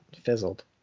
Fizzled